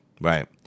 Right